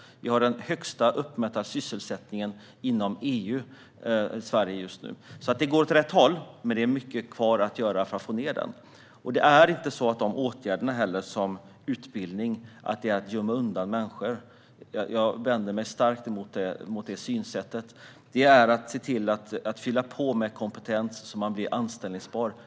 Sverige har den högsta uppmätta sysselsättningen inom EU just nu. Det går åt rätt håll, men det är mycket kvar att göra för att få ned arbetslösheten. Utbildning innebär inte att man gömmer undan människor. Jag vänder mig starkt mot det synsättet. Utbildning är att fylla på med kompetens så att man blir anställningsbar.